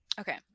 okay